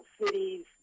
Cities